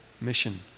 mission